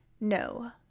No